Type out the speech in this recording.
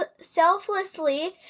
selflessly